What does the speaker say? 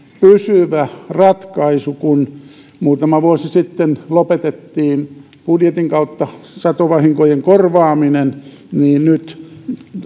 pysyvä ratkaisu kun muutama vuosi sitten lopetettiin budjetin kautta satovahinkojen korvaaminen niin nyt